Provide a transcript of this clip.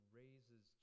raises